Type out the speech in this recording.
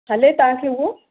हले तव्हांखे उहो